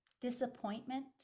Disappointment